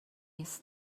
نیست